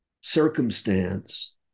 circumstance